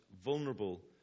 vulnerable